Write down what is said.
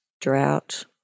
drought